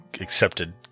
accepted